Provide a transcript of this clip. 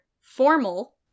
formal